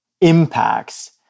impacts